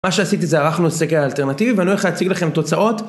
מה שעשיתי זה ערכנו סקר אלטרנטיבי ואני הולך להציג לכם תוצאות.